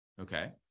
Okay